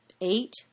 eight